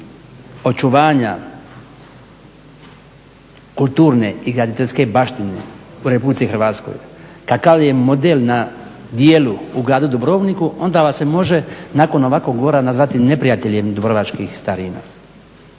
očuvanja kulturne i graditeljske baštine u Republici Hrvatskoj kakav je model na dijelu u gradu Dubrovniku onda vas se može nakon ovakvog govora nazvati neprijateljem dubrovačkih starina.